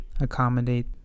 accommodate